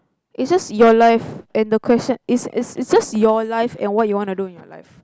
is just your life and the question is is is just your life and what you want to do in your life